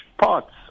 parts